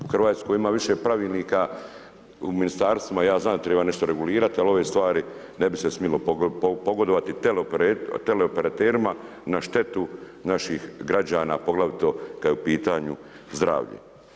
U Hrvatskoj ima više pravilnika u ministarstvima, ja znam, treba nešto regulirati ali ove stvari ne bi se smjelo pogodovati teleoperaterima na štetu naših građana, poglavito kada je u pitanju zdravlje.